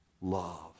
love